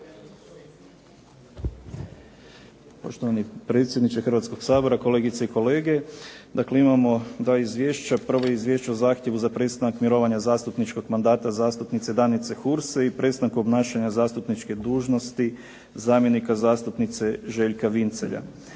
Poštovani predsjedniče Hrvatskoga sabora, kolegice i kolege. Dakle, imamo dva izvješća. Prvo izvješće je o zahtjevu za prestanak mirovanja zastupničkog mandata zastupnice Danice Hurs i prestanku obnašanja zastupničke dužnosti zamjenika zastupnice Željka Vincelja.